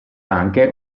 anche